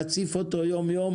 אנחנו נציף אותו יום יום.